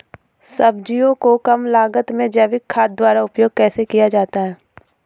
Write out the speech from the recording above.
सब्जियों को कम लागत में जैविक खाद द्वारा उपयोग कैसे किया जाता है?